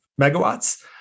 megawatts